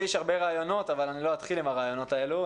לי יש הרבה רעיונות אבל לא אתחיל את הדיון עם הרעיונות האלה,